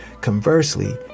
Conversely